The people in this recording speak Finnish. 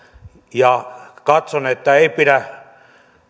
ja katson että ei pidä